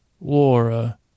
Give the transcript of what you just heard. Laura